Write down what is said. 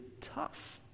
tough